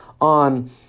on